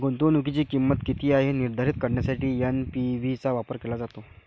गुंतवणुकीची किंमत किती आहे हे निर्धारित करण्यासाठी एन.पी.वी चा वापर केला जातो